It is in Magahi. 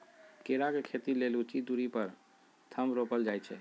केरा के खेती लेल उचित दुरी पर थम रोपल जाइ छै